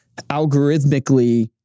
algorithmically